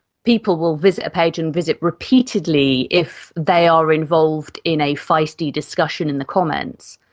people will visit a page and visit repeatedly if they are involved in a feisty discussion in the comments.